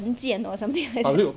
文件 or something like that